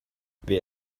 wer